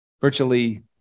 Virtually